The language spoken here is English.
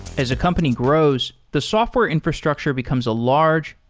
as a company grows, the software infrastructure becomes a large,